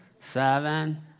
seven